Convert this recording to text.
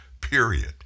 period